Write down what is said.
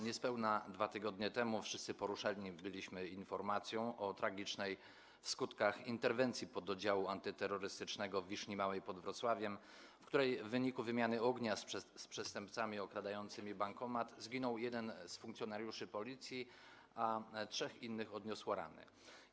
Niespełna 2 tygodnie temu wszyscy poruszeni byliśmy informacją o tragicznej w skutkach interwencji pododdziału antyterrorystycznego w Wiszni Małej pod Wrocławiem, w której w wyniku wymiany ognia z przestępcami okradającymi bankomat zginął jeden z funkcjonariuszy Policji, a trzech innych odniosło rany.